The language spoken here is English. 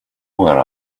where